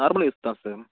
normal use தான் sir